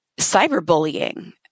cyberbullying